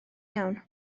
iawn